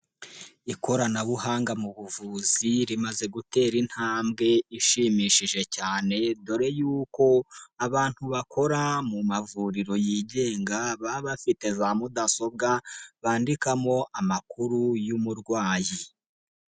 Ikoranabuhanga mu buvuzi rimaze gutera intambwe ishimishije cyane dore yuko abantu bakora mu mavuriro yigenga baba bafite za mudasobwa bandikamo amakuru y'umurwayi.